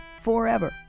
forever